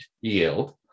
yield